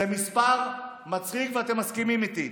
זה מספר מצחיק, ואתם מסכימים איתי.